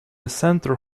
center